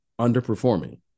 underperforming